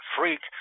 Freak